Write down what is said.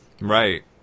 Right